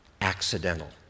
accidental